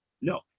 No